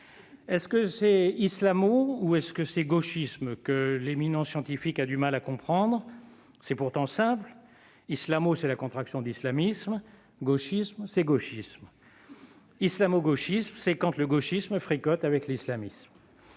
Est-ce « islamo » ou est-ce « gauchisme » que l'éminent scientifique a du mal à comprendre ? C'est pourtant simple : islamo est la contraction d'islamisme ; gauchisme, c'est gauchisme. Islamo-gauchisme, c'est quand le gauchisme fricote avec l'islamisme.,